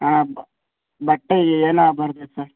ಹಾಂ ಬಟ್ಟೆ ಏನು ಆಗಬಾರ್ದು ಸರ್